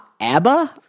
ABBA